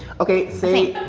okay say,